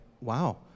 Wow